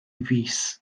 fis